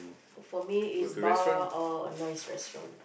for me is bar or nice restaurant